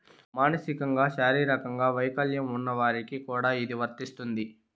మానసికంగా శారీరకంగా వైకల్యం ఉన్న వారికి కూడా ఇది వర్తిస్తుంది